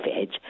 edge